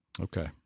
Okay